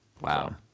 Wow